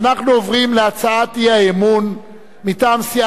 אנחנו עוברים להצעת האי-אמון מטעם סיעת מרצ,